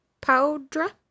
Poudre